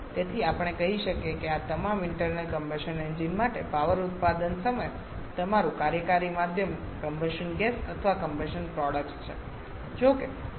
તેથી આપણે કહી શકીએ કે આ તમામ ઇન્ટરનલ કમ્બશન એન્જિન માટે પાવર ઉત્પાદન સમયે તમારું કાર્યકારી માધ્યમ કમ્બશન ગેસ અથવા કમ્બશન પ્રોડક્ટ્સ છે